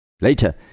Later